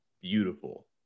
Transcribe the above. beautiful